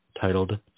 titled